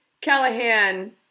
Callahan